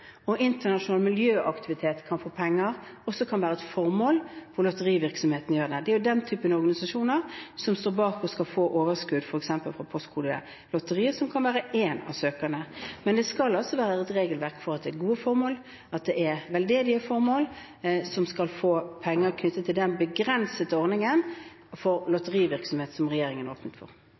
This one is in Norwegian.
og internasjonal miljøaktivitet også kan få penger og være et formål for lotterivirksomheten i landet. Det er denne typen organisasjoner som står bak, og som skal få overskudd fra f.eks. Postkodelotteriet, som kan være én av søkerne. Men det skal være et regelverk som sørger for at det er gode formål og veldedige formål som skal få penger, knyttet til den begrensede ordningen for lotterivirksomhet som regjeringen har åpnet for.